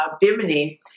Bimini